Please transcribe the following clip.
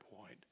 point